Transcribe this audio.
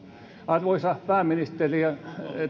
arvoisa pääministeri